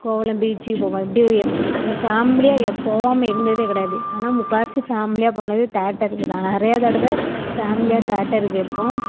கோவலன் பீச்சுக்கு போவேன் இப்படி இங்கே ஃபேமிலியாக எப் போகாம இருந்ததே கிடையாது ஆனால் முக்கால்வாசி ஃபேமிலியாக போனது தேட்டருக்கு தான் நிறையா தடவை ஃபேமிலியாக தேட்டருக்கு போயிருக்கோம்